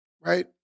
right